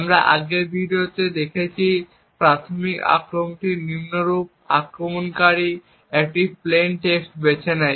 আমরা আগের ভিডিওতে দেখেছি প্রাথমিক আক্রমণটি নিম্নরূপ আক্রমণকারী একটি প্লেইন টেক্সট বেছে নেয়